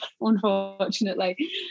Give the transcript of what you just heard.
unfortunately